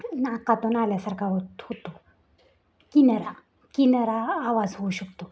नाकातून आल्यासारखा होत होतो किनरा किनरा आवाज होऊ शकतो